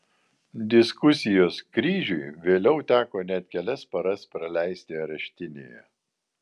diskusijos kryžiui vėliau teko net kelias paras praleisti areštinėje